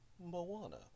Moana